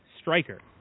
striker